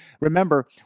Remember